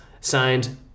Signed